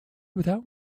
without